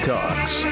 Talks